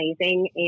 amazing